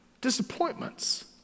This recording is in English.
Disappointments